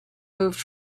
moved